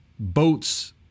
Boats